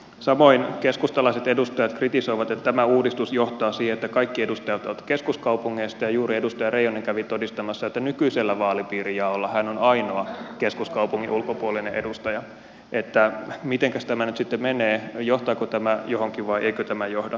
samoin keskustalaiset edustajat kritisoivat että tämä uudistus johtaa siihen että kaikki edustajat ovat keskuskaupungeista ja juuri edustaja reijonen kävi todistamassa että nykyisellä vaalipiirijaolla hän on ainoa keskuskaupungin ulkopuolinen edustaja niin että mitenkäs tämä nyt sitten menee johtaako tämä johonkin vai eikö tämä johda